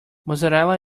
mozzarella